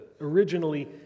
originally